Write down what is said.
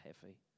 heavy